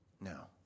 no